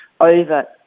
over